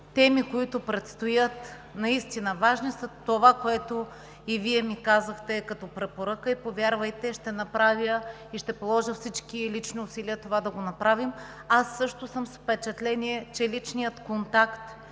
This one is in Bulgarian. теми, които предстоят, наистина важни са, както и това, което и Вие ми казахте, като препоръка. Повярвайте, ще направя и ще положа всички лични усилия това да го направим. Аз също съм с впечатление, че личният контакт